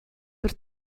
per